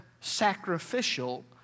sacrificial